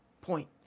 point